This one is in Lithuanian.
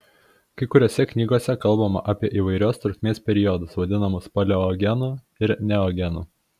kai kuriose knygose kalbama apie įvairios trukmės periodus vadinamus paleogenu ir neogenu